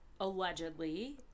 allegedly